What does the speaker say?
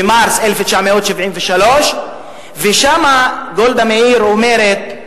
במרס 1973. שם גולדה מאיר אומרת,